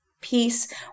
peace